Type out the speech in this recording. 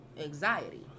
anxiety